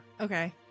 Okay